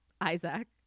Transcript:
isaac